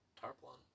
tarpaulin